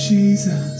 Jesus